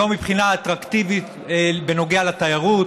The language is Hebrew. לא מבחינה אטרקטיבית בנוגע לתיירות,